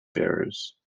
bearers